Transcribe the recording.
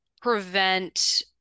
prevent